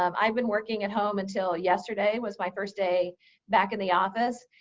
um i've been working at home until yesterday, was my first day back in the office.